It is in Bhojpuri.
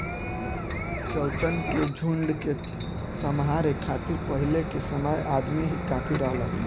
चउवन के झुंड के सम्हारे खातिर पहिले के समय अदमी ही काफी रहलन